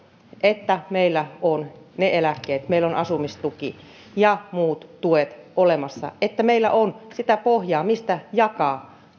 että meillä on ne eläkkeet meillä on asumistuki ja muut tuet olemassa että meillä on sitä pohjaa mistä jakaa